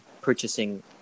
purchasing